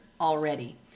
already